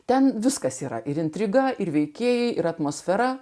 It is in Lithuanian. ten viskas yra ir intriga ir veikėjai ir atmosfera